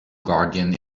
guardian